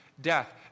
death